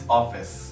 office